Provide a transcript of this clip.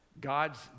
God's